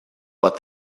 but